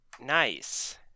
Nice